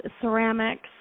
ceramics